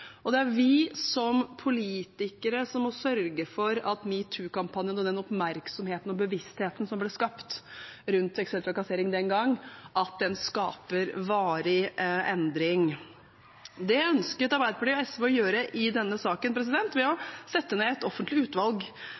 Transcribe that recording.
Det er vi som politikere som må sørge for at metoo-kampanjen og den oppmerksomheten og bevisstheten som ble skapt rundt seksuell trakassering den gang, skaper varig endring. Det ønsket Arbeiderpartiet og SV å gjøre i denne saken ved å sette ned et offentlig utvalg